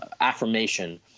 affirmation